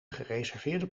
gereserveerde